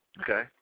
okay